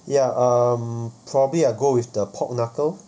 ya um probably I'll go with the pork knuckle